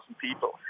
people